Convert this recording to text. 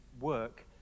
work